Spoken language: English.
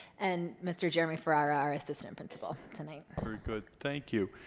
and mr. jeremy ferrar our assistant principal tonight. very good. thank you.